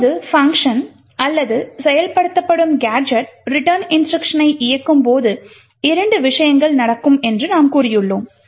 இப்போது பங்க்ஷன் அல்லது செயல்படுத்தப்படும் கேஜெட் return இன்ஸ்ட்ருக்ஷனை இயக்கும் போது இரண்டு விஷயங்கள் நடக்கும் என்று நாம் கூறியுள்ளோம்